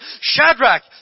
Shadrach